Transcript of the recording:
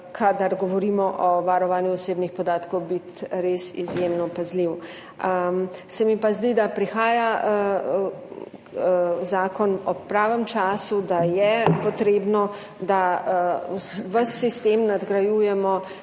kadar govorimo o varovanju osebnih podatkov, biti res izjemno pazljiv. Se mi pa zdi, da prihaja zakon ob pravem času, da je potrebno, da ves sistem nadgrajujemo